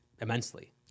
immensely